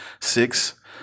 Six